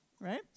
right